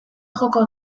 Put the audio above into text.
joko